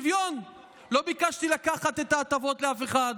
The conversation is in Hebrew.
לא ביקשתי לקחת את ההטבות לאף אחד,